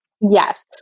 Yes